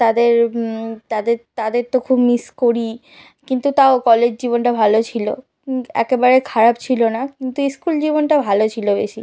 তাদের তাদের তাদের তো খুব মিস করি কিন্তু তাও কলেজ জীবনটা ভালো ছিলো একেবারে খারাপ ছিলো না কিন্তু স্কুল জীবনটা ভালো ছিলো বেশি